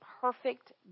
perfect